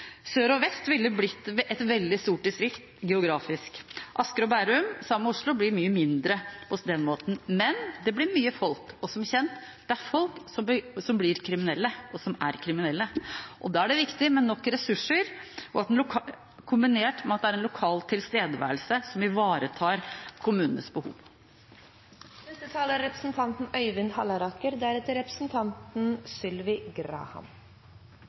Sør og vest ville blitt et veldig stort distrikt geografisk. Asker og Bærum sammen med Oslo blir mye mindre på den måten, men det blir mye folk. Og som kjent: Det er folk som blir kriminelle, og som er kriminelle. Da er det viktig med nok ressurser, kombinert med at det er en lokal tilstedeværelse som ivaretar kommunenes behov. Bakteppet for reformen er